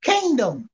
Kingdom